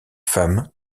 femme